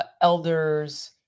Elders